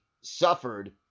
suffered